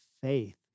faith